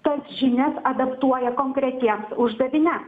tas žinias adaptuoja konkretiem uždaviniam